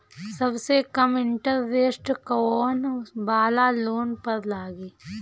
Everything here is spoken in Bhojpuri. सबसे कम इन्टरेस्ट कोउन वाला लोन पर लागी?